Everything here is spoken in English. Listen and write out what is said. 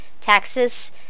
taxes